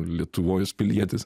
lietuvos pilietis